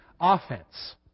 offense